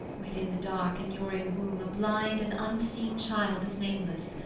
within the dark immuring womb a blind and unseen child is nameless,